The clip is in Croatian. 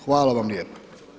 Hvala vam lijepa.